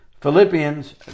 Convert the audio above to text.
Philippians